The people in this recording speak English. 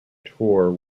tour